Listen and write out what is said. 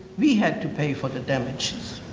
we had to pay for the damages.